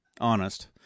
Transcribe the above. honest